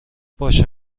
باشه